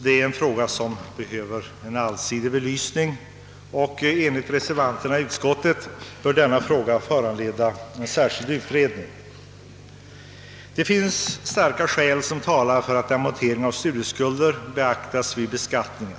Denna fråga behöver allsidigt belysas, och enligt reservanterna i utskottet krävs en särskild utredning. Starka skäl talar för att amortering av studieskuld beaktas vid beskattningen.